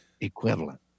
equivalent